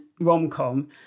rom-com